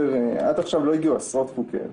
עד עכשיו לא הגיעו עשרות חוקי עזר.